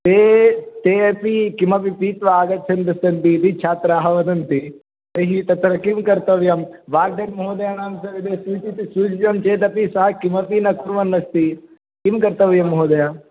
ते ते अपि किमपि पीत्वा आगच्छन्तस्सन्ति इति छात्राः वदन्ति तैः तत्र किं कर्तव्यं वार्डन्महोदयानां सविधे किञ्चित् सूचितं चेदपि सः किमपि न कुर्वन्नस्ति किं कर्तव्यं महोदय